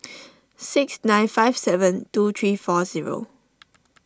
six nine five seven two three four zero